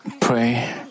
pray